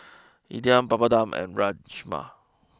Idili Papadum and Rajma